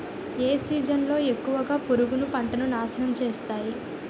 ఏ season లో ఎక్కువుగా పురుగులు పంటను నాశనం చేస్తాయి?